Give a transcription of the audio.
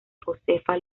josefa